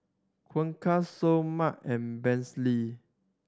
Seoul Mart and